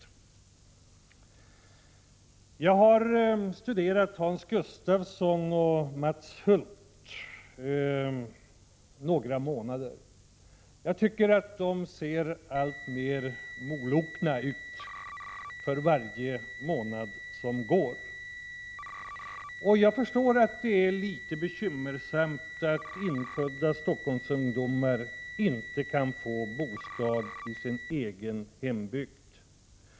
I några månader har jag nu studerat Hans Gustafsson och Mats Hulth. För var månad som går tycker jag att de ser alltmer molokna ut. Jag kan förstå att det är litet bekymmersamt att infödda Stockholmsungdomar inte kan få bostad i sin egen hembygd.